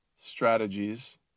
strategies